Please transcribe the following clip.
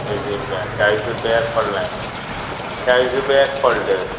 अंयशी रुपया चाळीस रुपया एक पडले चाळीस रुपया एक पडलें तर